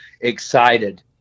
excited